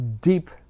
deep